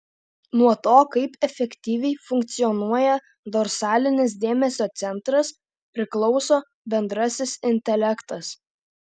nuo to kaip efektyviai funkcionuoja dorsalinis dėmesio centras priklauso bendrasis intelektas